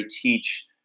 teach